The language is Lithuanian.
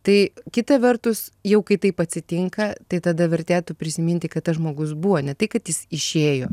tai kita vertus jau kai taip atsitinka tai tada vertėtų prisiminti kad tas žmogus buvo ne tai kad jis išėjo